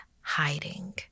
hiding